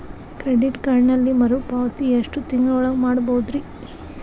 Credit ಕಾರ್ಡಿನಲ್ಲಿ ಮರುಪಾವತಿ ಎಷ್ಟು ತಿಂಗಳ ಒಳಗ ಮಾಡಬಹುದ್ರಿ?